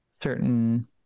certain